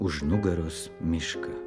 už nugaros mišką